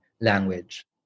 language